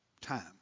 Time